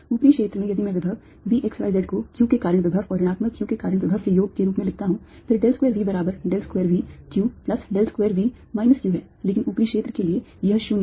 ऊपरी क्षेत्र में यदि मैं विभव V x y z को q के कारण विभव और ऋणात्मक q के कारण विभव के योग के रूप में लिखता हूं फिर del square V बराबर del square V q plus del square V minus q है लेकिन ऊपरी क्षेत्र के लिए यह 0 है